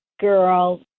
girl